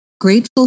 grateful